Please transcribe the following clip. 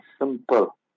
simple